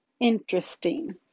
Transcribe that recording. Interesting